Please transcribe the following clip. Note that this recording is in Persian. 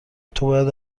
توباید